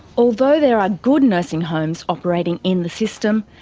although there are good nursing homes operating in the system,